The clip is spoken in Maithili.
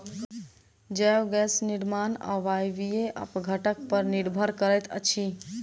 जैव गैस निर्माण अवायवीय अपघटन पर निर्भर करैत अछि